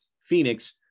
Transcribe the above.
Phoenix